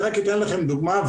אני רק אתן לכם דוגמה,